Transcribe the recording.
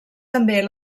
també